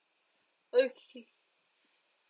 okay